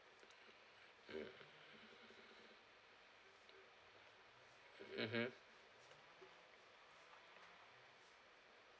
mm mmhmm